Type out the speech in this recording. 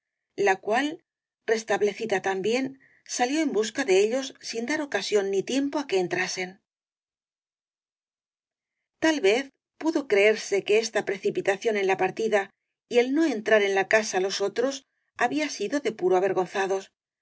la cual restablecida también sa lió en busca de ellos sin dar ocasión ni tiempo á que entrasen tal vez pudo creerse que esta precipitación en la partida y el no entrar en la casa los otros había sido de puro avergonzados